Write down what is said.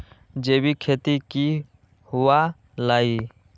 जैविक खेती की हुआ लाई?